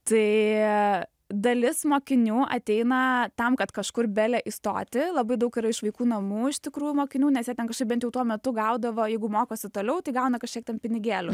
tai dalis mokinių ateina tam kad kažkur bele įstoti labai daug yra iš vaikų namų iš tikrų mokinių nes jie ten kažkaip bent jau tuo metu gaudavo jeigu mokosi toliau tai gauna kažkiek ten pinigėlių